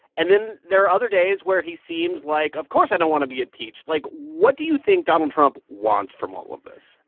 and then there are other days where he seems like, of course, i don't want to be impeached. like, what do you think donald trump wants from all of this?